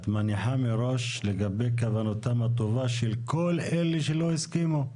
את מניחה מאוד לגביי כוונתם הטובה של כל אלה שלא הסכימו?